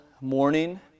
morning